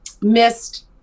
missed